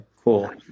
cool